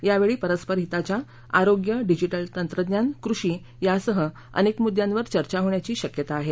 यावेळी परस्पर हिताच्या आरोग्यडिजिटल तंत्रज्ञान कृषी यासह अनेक मृद्यांवर चर्चा होण्याची शक्यता आहे